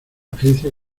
agencia